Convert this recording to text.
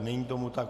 Není tomu tak.